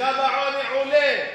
וקו העוני עולה.